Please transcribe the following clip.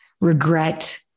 Regret